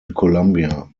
colombia